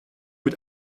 mit